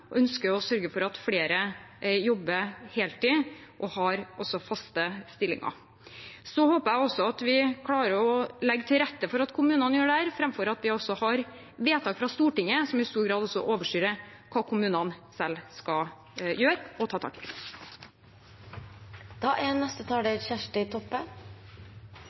ønsker å sørge for at flere jobber heltid og også har faste stillinger. Så håper jeg at vi klarer å legge til rette for at kommunene gjør dette, framfor at vi har vedtak fra Stortinget som i stor grad overstyrer hva kommunene selv skal gjøre og ta tak i.